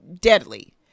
deadly